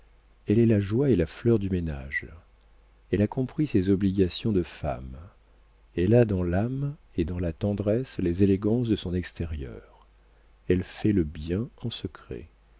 elle est la joie et la fleur du ménage elle a compris ses obligations de femme elle a dans l'âme et dans la tendresse les élégances de son extérieur elle fait le bien en secret